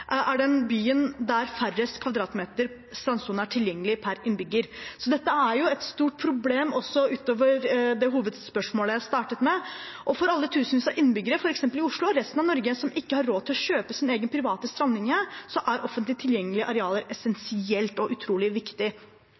er den byen der færrest kvadratmeter strandsone er tilgjengelig per innbygger. Så dette er et stort problem også utover hovedspørsmålet mitt, og for alle de tusenvis av innbyggere f.eks. i Oslo og resten av Norge som ikke har råd til å kjøpe sin egen private strandlinje, er offentlig tilgjengelige arealer essensielt og utrolig viktig.